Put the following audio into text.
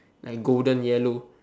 like golden yellow